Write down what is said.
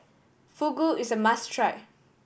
fugu is a must try